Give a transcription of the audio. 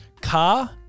car